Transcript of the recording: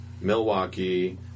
Milwaukee